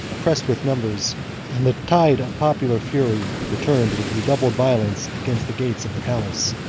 oppressed with numbers and the tide of popular fury returned with redoubled violence against the gates of the palace,